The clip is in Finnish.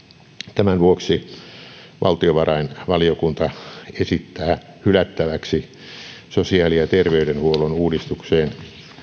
tämän vuoksi valtiovarainvaliokunta esittää hylättäväksi sosiaali ja terveydenhuollon uudistukseen